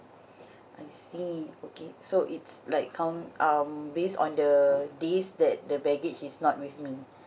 I see okay so it's like count um based on the days that the baggage is not with me